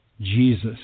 Jesus